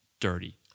dirty